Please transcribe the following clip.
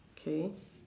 okay